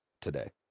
today